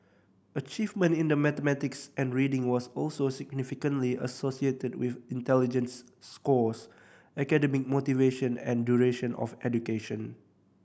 achievement in the mathematics and reading was also significantly associated with intelligence scores academic motivation and duration of education